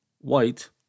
White